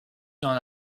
dans